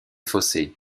fossey